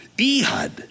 Ehud